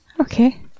Okay